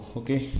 okay